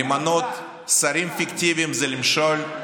למנות שרים פיקטיביים זה למשול?